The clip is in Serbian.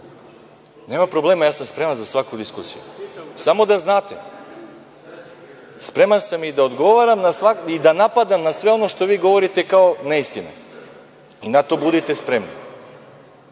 problema, ja sam spreman za svaku diskusiju. Samo da znate, spreman sam i da odgovaram i da napadam na sve ono što vi govorite kao neistinu. Na to budite spremni.